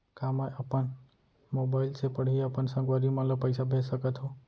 का मैं अपन मोबाइल से पड़ही अपन संगवारी मन ल पइसा भेज सकत हो?